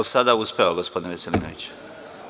Sada uspeva gospodine Veselinoviću.